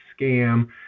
scam